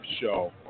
show